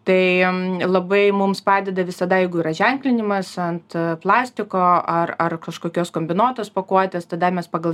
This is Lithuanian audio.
tai labai mums padeda visada jeigu yra ženklinimas ant plastiko ar ar kažkokios kombinuotos pakuotės tada mes pagal